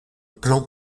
plan